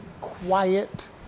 quiet